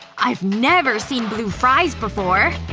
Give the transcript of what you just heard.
i've never seen blue fries before!